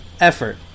effort